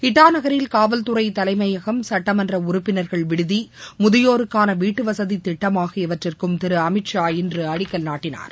இட்டா நகரில் காவல்துறை தலைமையகம் சுட்டமன்ற உறுப்பினர்கள் விடுதி முதியோருக்கான வீட்டுவசதி திட்டம் ஆகியவற்றிற்கும் திரு அமித் ஷா இன்று அடிக்கல் நாட்டினார்